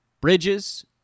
Bridges